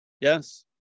Yes